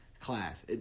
class